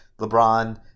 LeBron